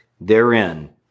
Therein